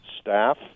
staff